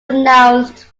announced